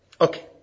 Okay